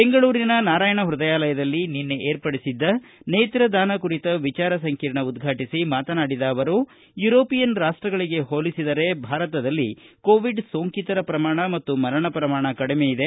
ಬೆಂಗಳೂರಿನ ನಾರಾಯಣ ಪೃದಯಾಲಯದಲ್ಲಿ ನಿನ್ನೆ ಏರ್ಪಡಿಸಿದ್ದ ನೇತ್ರದಾನ ಕುರಿತ ವಿಚಾರ ಸಂಕಿರಣ ಉದ್ಘಾಟಿಸಿ ಮಾತನಾಡಿದ ಅವರು ಯೂರೋಪಿಯನ್ ರಾಷ್ಷಗಳಿಗೆ ಹೋಲಿಸಿದರೆ ಭಾರತದಲ್ಲಿ ಕೋವಿಡ್ ಸೋಂಕಿತರ ಪ್ರಮಾಣ ಮತ್ತು ಮರಣ ಪ್ರಮಾಣ ಕಡಿಮೆಯಿದೆ